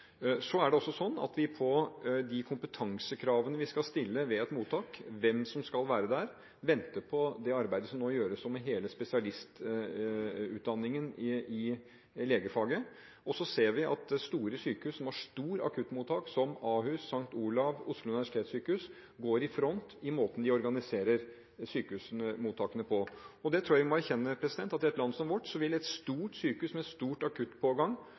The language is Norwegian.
Så er det slik at når det gjelder de kompetansekravene vi skal stille ved et mottak, hvem som skal være der, venter på det arbeidet som nå gjøres – og med hele spesialistutdanningen i legefaget. Så ser vi at store sykehus som har store akuttmottak, som Ahus, St. Olavs Hospital og Oslo universitetssykehus, går i front i måten de organiserer sykehusmottakene på. Jeg tror vi må erkjenne at i et land som vårt vil et stort sykehus med stor akuttpågang